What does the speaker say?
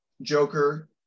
Joker